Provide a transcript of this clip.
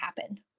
happen